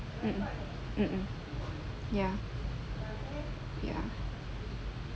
mm mm ya ya